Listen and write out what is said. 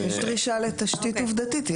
יש דרישה לתשתית עובדתית.